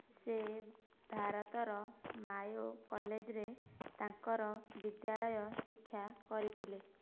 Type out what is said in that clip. ସେ ଭାରତର ମାୟୋ କଲେଜରେ ତାଙ୍କର ବିଦ୍ୟାଳୟ ଶିକ୍ଷା କରିଥିଲେ